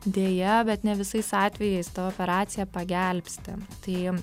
deja bet ne visais atvejais ta operacija pagelbsti tai